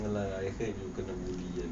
ya lah I heard you kena buli kan